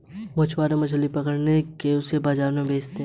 मछुआरे मछली पकड़ के उसे बाजार में बेचते है